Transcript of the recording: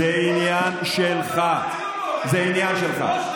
זיכרונם של כל, זה עניין שלך.